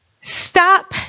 Stop